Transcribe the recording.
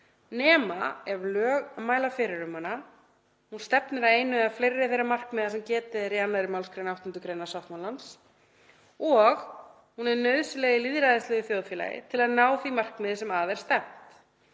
nema ef lög mæla fyrir um hana, hún stefnir að einu eða fleiri þeirra markmiða sem getið er í 2. mgr. 8. gr. sáttmálans og hún er nauðsynleg í lýðræðislegu þjóðfélagi til að ná því markmiði sem að er stefnt.